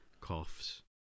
coughs